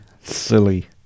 silly